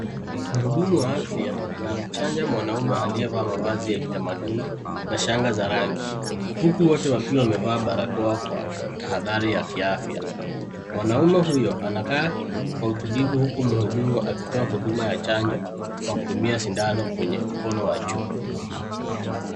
Mhudumu wa afya, anamchanja mwanaume aliyevaa mavazi ya kitamaduni na shanga za rangi. Huku wote wakiwa wamevaa balakoa, kwa tahadhari ya kiafya. Mwanaume huyo ,anakaa kwa utulivu huku mhudumu akitoa huduma ya chanjo kwa kutumia sindano kwenye mkono wa juu.